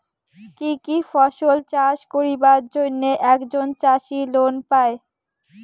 কি কি ফসল চাষ করিবার জন্যে একজন চাষী লোন পায়?